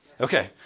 Okay